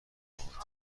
باهاتون